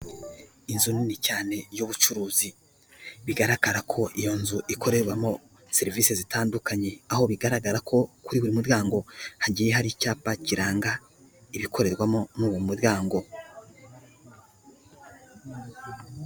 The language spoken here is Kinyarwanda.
Inzu nini cyane y'ubucuruzi, bigaragara ko iyo nzu ikorerwamo serivisi zitandukanye, aho bigaragara ko kuri buri muryango, hagiye hari icyapa kiranga ibikorerwamo muri uwo muryango.